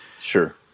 sure